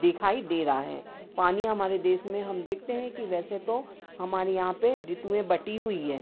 दिखाई दे रहा है पानी हमारे देश में हम देखते हैं कि वैसे तो हमारे यहाँ पे ऋतुएँ बटी हुई हैं